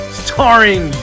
starring